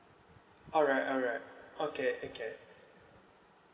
alright alright okay okay